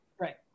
Right